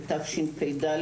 בתשפ"ד,